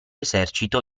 esercito